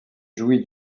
jouit